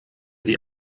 die